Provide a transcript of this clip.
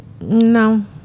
No